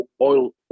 oil